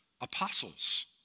apostles